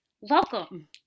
welcome